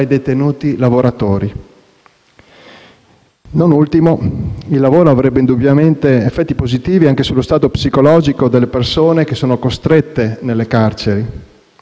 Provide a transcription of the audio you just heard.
Non ultimo, il lavoro avrebbe indubbiamente effetti positivi anche sullo stato psicologico delle persone che sono costrette nelle carceri. Attualmente